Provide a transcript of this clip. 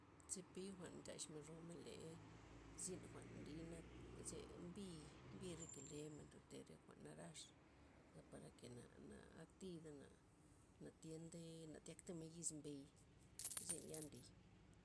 Zepi jwa'n ndaxmen romen le, zyn jwa'n nlii nak ze mbi mbi re kelemen ryote re jwa'n narax za parake' na- naktida naa- natyentey na tyakta men yiz mbey, zyn ya nlii.